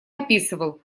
описывал